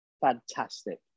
fantastic